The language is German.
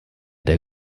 der